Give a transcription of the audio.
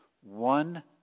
One